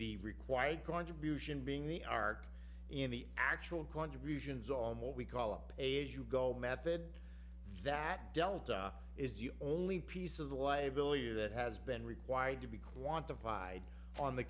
the required contribution being the arc and the actual contributions on what we call up age you go method that delta is you only piece of the liability that has been required to be quantified on the